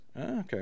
okay